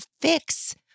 fix